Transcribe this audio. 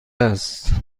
است